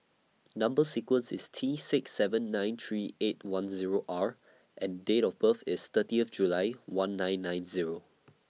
Number sequence IS T six seven nine three eight one Zero R and Date of birth IS thirty July one nine nine Zero